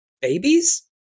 babies